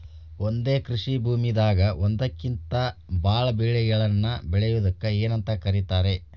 ಒಂದೇ ಕೃಷಿ ಭೂಮಿದಾಗ ಒಂದಕ್ಕಿಂತ ಭಾಳ ಬೆಳೆಗಳನ್ನ ಬೆಳೆಯುವುದಕ್ಕ ಏನಂತ ಕರಿತಾರೇ?